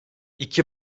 i̇ki